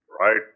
Right